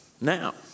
Now